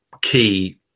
key